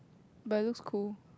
but it looks cool